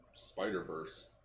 Spider-Verse